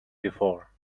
before